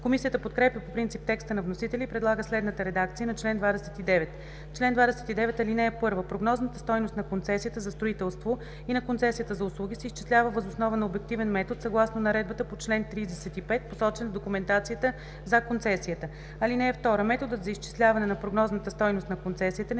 Комисията подкрепя по принцип текста на вносителя и предлага следната редакция на чл. 29: „Чл. 29. (1) Прогнозната стойност на концесията за строителство и на концесията за услуги се изчислява въз основа на обективен метод съгласно наредбата по чл. 35, посочен в документацията за концесията. (2) Методът за изчисляване на прогнозната стойност на концесията не